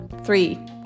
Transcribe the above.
three